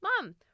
mom